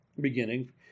beginning